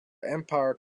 empire